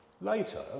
Later